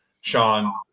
Sean